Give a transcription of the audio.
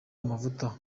amavuta